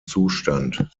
zustand